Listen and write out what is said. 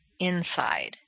inside